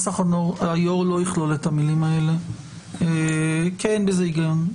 נוסח היו"ר לא יכלול את המילים האלה אי אין בזה היגיון.